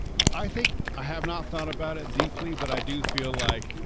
i think i have not thought about it deeply, but i do feel like,